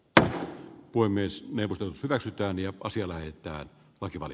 tämä voi myös hyväksytään joko siellä näyttää vaativan